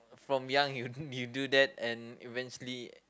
from young you you do that and eventually